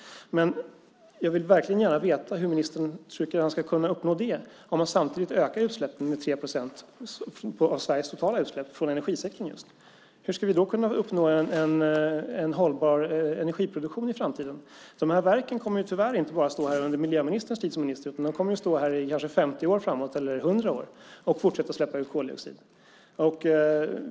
Men jag vill verkligen gärna veta hur ministern tycker att vi ska kunna uppnå det när man samtidigt ökar utsläppen med 3 procent på Sveriges totala utsläpp från just energisektorn. Hur ska vi då kunna uppnå en hållbar energiproduktion i framtiden? De här verken kommer tyvärr inte bara att stå här under miljöministerns tid som minister utan de kommer att stå här i kanske 50 eller 100 år framåt och fortsätta släppa ut koldioxid.